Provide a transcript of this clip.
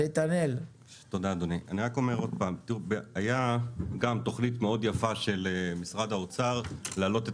היה גם תוכנית מאוד יפה של משרד האוצר להעלות את